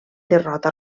derrota